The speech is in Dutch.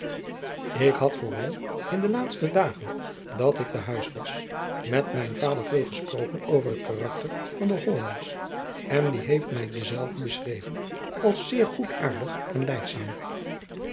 k had vooral in de laatste dagen dat ik te huis was met mijn vader veel gesproken over het karakter van de ollanders en die heeft mij dezelve beschreven als zeer goedaardig en lijdzaam